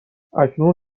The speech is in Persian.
اکنون